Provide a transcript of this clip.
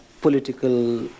political